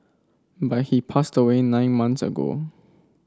but he passed away nine months ago